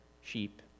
sheep